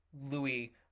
louis